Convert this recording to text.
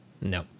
No